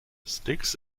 sticks